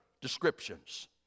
descriptions